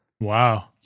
Wow